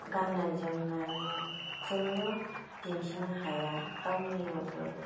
गाननाय जोमनायजोंल' दिन्थिनो हाया गावनियावबो